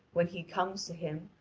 when he comes to him,